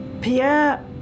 Pierre